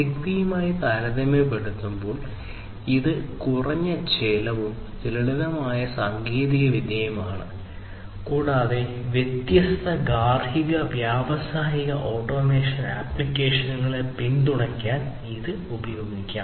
സിഗ്ബിയുമായി താരതമ്യപ്പെടുത്തുമ്പോൾ ഇത് കുറഞ്ഞ ചിലവും ലളിതമായ സാങ്കേതികവിദ്യയുമാണ് കൂടാതെ വ്യത്യസ്ത ഗാർഹിക വ്യാവസായിക ഓട്ടോമേഷൻ ആപ്ലിക്കേഷനുകളെ പിന്തുണയ്ക്കാൻ ഇത് ഉപയോഗിക്കാം